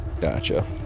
Gotcha